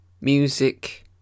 music